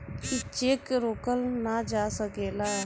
ई चेक रोकल ना जा सकेला